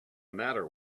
matter